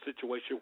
situation